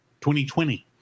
2020